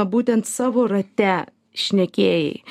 būtent savo rate šnekėjai